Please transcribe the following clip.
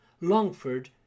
Longford